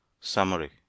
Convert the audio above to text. Summary